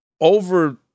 over